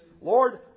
Lord